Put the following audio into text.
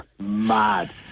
mad